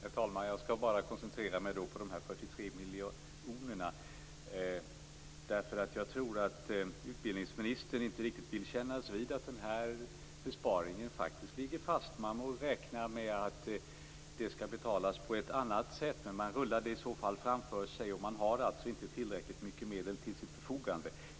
Herr talman! Jag skall då bara koncentrera mig på de 43 miljonerna. Jag tror att utbildningsministern inte riktigt vill kännas vid att den här besparingen faktiskt ligger fast. Man må räkna med att det skall betalas på ett annat sätt, men man rullar det i så fall framför sig och har alltså inte tillräckligt mycket medel till sitt förfogande.